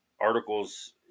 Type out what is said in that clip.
articles